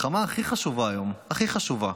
ולכן, המלחמה הכי חשובה היום, הכי חשובה,